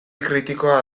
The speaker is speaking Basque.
kritikoa